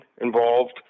involved